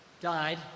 died